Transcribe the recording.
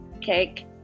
cake